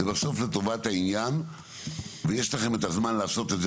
זה בסוף לטובת העניין ויש לכם את הזמן לעשות את זה